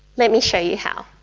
let me show you how.